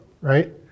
right